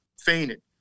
fainted